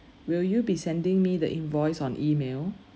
will you be sending me the invoice on email